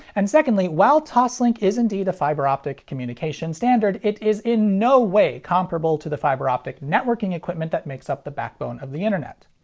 and secondly, while toslink is indeed a fiber optic communication standard, it is in no way comparable to the fiber optic networking equipment that makes up the backbone of the internet.